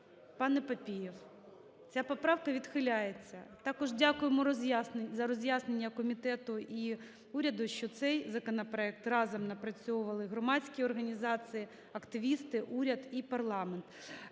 панеПапієв. Ця поправка відхиляється. Також дякуємо за роз'яснення комітету і уряду, що цей законопроект разом напрацьовували громадські організації, активісти, уряд і парламент.